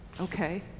okay